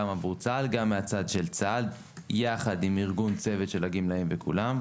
גם עבור צה"ל גם מהצד של צה"ל וביחד עם ארגון צוות של הגמלאים וכולם,